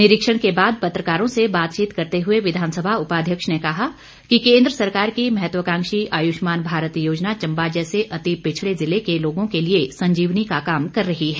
निरीक्षण के उपरांत पत्रकारों से बातचीत करते हुए विधानसभा उपाध्यक्ष ने कहा कि केन्द्र सरकार की महत्वकांक्षी आयुष्मान भारत योजना चंबा जैसे अति पिछड़े जिले के लोगों के लिए संजीवनी का काम कर रही है